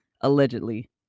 allegedly